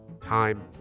time